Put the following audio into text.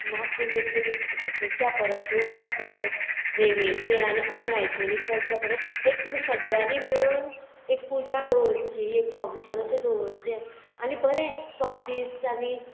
नाचून बिचून हे करच्या परस जेवच्या परस रेंवेचेर आनी अनहायजिनीक रावच्या परस एक तुमी सगळ्यांनी मेळून एक पुजा दवरची एक फंक्शन अशें दवरचें आनी बरें स्वादिश्ट आनी